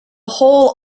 whole